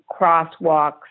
crosswalks